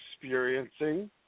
experiencing